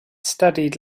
studied